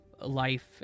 life